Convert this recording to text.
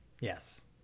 yes